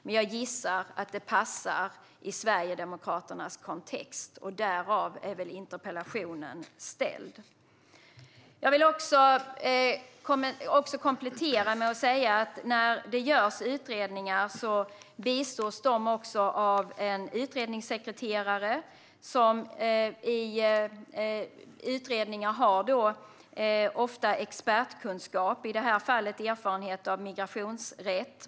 Men jag gissar att det passar in i Sverigedemokraternas kontext, och utifrån den är väl interpellationen ställd. Jag vill också komplettera och säga att när utredningar görs bistås dessa av en utredningssekreterare som i utredningar ofta har expertkunskap, i detta fall erfarenhet av migrationsrätt.